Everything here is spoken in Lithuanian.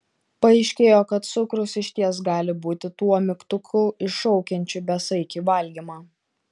paaiškėjo kad cukrus išties gali būti tuo mygtuku iššaukiančiu besaikį valgymą